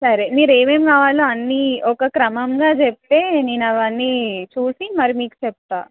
సరే మీరు ఏమేమి కావాలో అన్నీ ఒక క్రమంగా చెప్తే నేను అవన్నీ చూసి మరి మీకు చెప్తాను